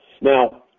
Now